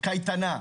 קייטנה.